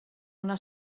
una